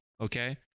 Okay